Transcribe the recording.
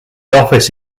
office